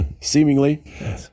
seemingly